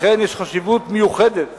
ולכן יש חשיבות מיוחדת